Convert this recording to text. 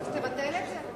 אז תבטל את זה.